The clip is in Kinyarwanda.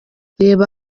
reba